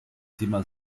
thema